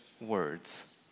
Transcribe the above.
words